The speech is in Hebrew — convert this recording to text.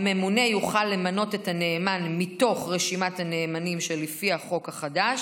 הממונה יוכל למנות את הנאמן מתוך רשימת הנאמנים שלפי החוק החדש,